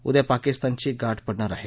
उद्या पाकिस्तानशी गाठ पडणार आहे